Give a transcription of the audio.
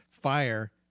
Fire